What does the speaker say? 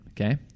okay